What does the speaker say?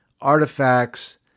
artifacts